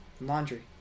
Laundry